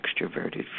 extroverted